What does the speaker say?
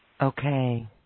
Okay